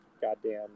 goddamn